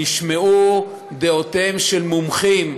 נשמעו דעותיהם של מומחים,